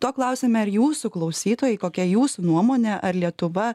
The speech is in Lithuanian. to klausiame ir jūsų klausytojai kokia jūsų nuomonė ar lietuva